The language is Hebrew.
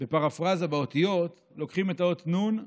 בפרפרזה, באותיות, לוקחים את האות נו"ן,